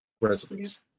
residents